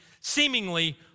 seemingly